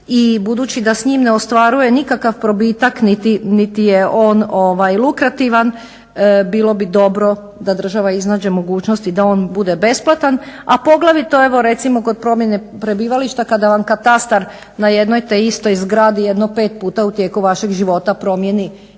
budući da s njim ne ostvaruje nikakav probitak niti je on lukrativan bilo bi dobro da država iznađe mogućnosti da on bude besplatan, a poglavito evo recimo kod promjene prebivališta kada vam katastar na jednoj te istoj zgradi jedno pet puta u tijeku vašeg života promijeni